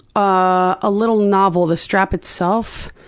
ah a little novel. the strap itself,